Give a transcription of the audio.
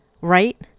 Right